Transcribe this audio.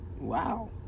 Wow